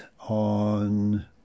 on